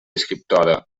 escriptora